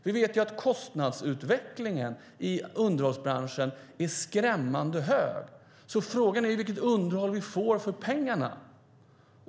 Vi vet att kostnadsutvecklingen i underhållsbranschen är skrämmande hög. Frågan är vilket underhåll vi får för pengarna.